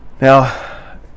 Now